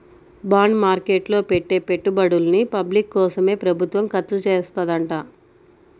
bond market లో పెట్టే పెట్టుబడుల్ని పబ్లిక్ కోసమే ప్రభుత్వం ఖర్చుచేత్తదంట